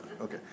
Okay